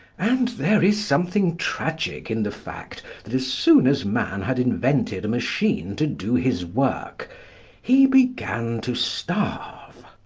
and there is something tragic in the fact that as soon as man had invented a machine to do his work he began to starve.